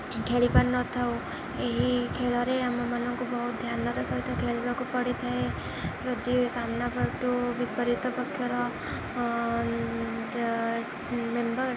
ଖେଳିପାରିନଥାଉ ଏହି ଖେଳରେ ଆମମାନଙ୍କୁ ବହୁତ ଧ୍ୟାନର ସହିତ ଖେଳିବାକୁ ପଡ଼ିଥାଏ ଯଦି ସାମ୍ନାପଟୁ ବିପରୀତ ପକ୍ଷର ମେମ୍ବର